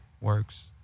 works